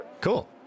cool